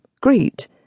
greet